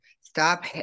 Stop